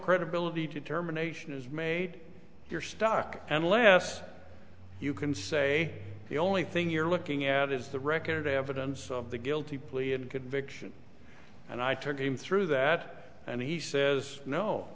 credibility to determination is made you're stuck unless you can say the only thing you're looking at is the record evidence of the guilty plea and conviction and i took him through that and he says no